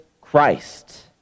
Christ